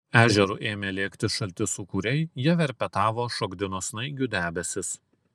ežeru ėmė lėkti šalti sūkuriai jie verpetavo šokdino snaigių debesis